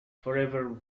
forever